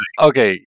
okay